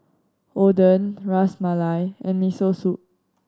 Oden Ras Malai and Miso Soup